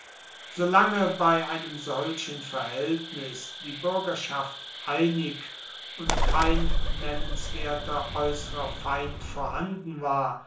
solange bei einem solchen verhältnis die bürgerschaft einig und kein nennenswerter äußerer feind vorhanden war